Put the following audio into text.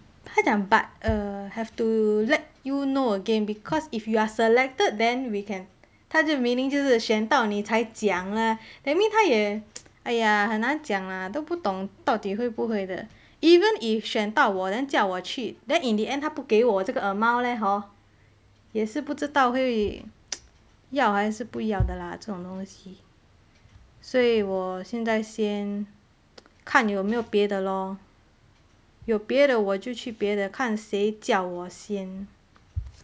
她讲 but uh have to let you know again because if you are selected then we can 她这 meaning 就是选到你才讲啦 that means 她也 !aiya! 很难讲啦都不懂到底会不会的 even if 选到我 then 叫我去 then in the end 她不给我这个 amount leh hor 也是不知道会要还是不要的啦这种东西所以我现在先看有没有别的 lor 有别的我就去别的看谁叫我先